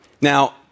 Now